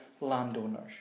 landowners